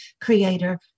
creator